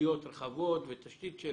רחבות ותשתית של